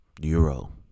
euro